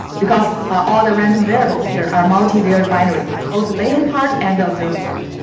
because all the random variables here are multi-varied binary. both latent part and the observed part.